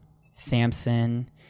Samson –